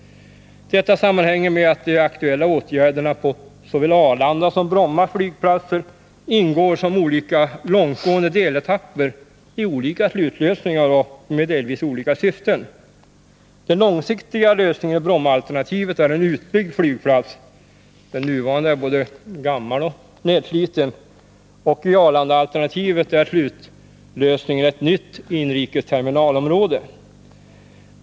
Detta sammanhänger med att de aktuella åtgärderna på såväl Arlanda som Bromma flygplatser ingår som olika långtgående deletapper i olika slutlösningar och med delvis olika syften. Den långsiktiga lösningen i Brommaalternativet är en utbyggd flygplats — den nuvarande är både gammal och nedsliten — och i Arlandaalternativet är slutlösningen ett nytt inrikesterminalområde.